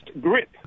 grip